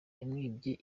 yamwibye